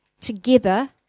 together